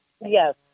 Yes